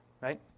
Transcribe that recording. right